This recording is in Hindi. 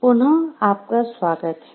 वापसी पर स्वागत है